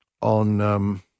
on